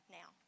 now